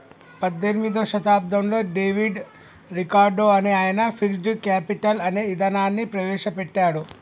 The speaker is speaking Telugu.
పద్దెనిమిదో శతాబ్దంలో డేవిడ్ రికార్డో అనే ఆయన ఫిక్స్డ్ కేపిటల్ అనే ఇదానాన్ని ప్రవేశ పెట్టాడు